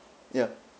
yeah